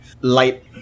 light